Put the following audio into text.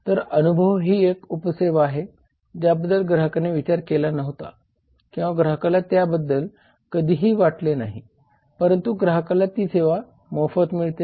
तर अनुभव ही एक उप सेवा आहे ज्याबद्दल ग्राहकाने विचार केला नव्हता किंवा ग्राहकाला त्या बद्दल कधी वाटले नाही परंतु ग्राहकाला ती सेवा मोफत मिळते